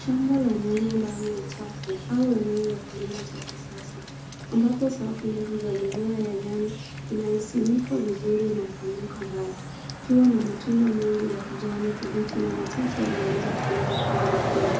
Shamba la nyanya ndani ya chafu au eneo la kilimo cha kisasa ambapo safu ndefu za mimea ya nyanya inayosimikwa vizuri inapanuka mbali ikiwa na matunda mengi ya kijani kibichi na machache yaliyoanza kuiva kuwa mekundu